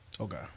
Okay